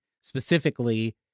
specifically